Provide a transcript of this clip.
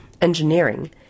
engineering